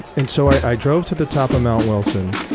and so i drove to the top of mount wilson,